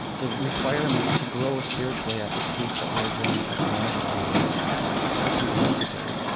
the requirement to grow spiritually at the pace that we are growing technologically is absolutely necessary